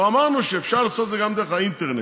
פה אמרנו שאפשר לעשות את זה גם דרך האינטרנט.